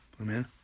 Amen